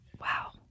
Wow